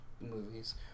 movies